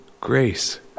grace